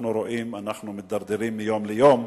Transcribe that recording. אנחנו רואים שאנחנו מידרדרים מיום ליום,